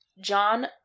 john